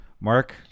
Mark